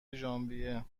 ژانویه